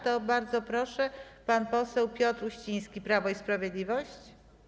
To bardzo proszę, pan poseł Piotr Uściński, Prawo i Sprawiedliwość.